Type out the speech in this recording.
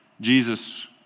Jesus